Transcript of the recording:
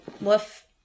woof